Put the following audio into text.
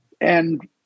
And-